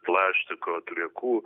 plastiko atliekų